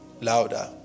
louder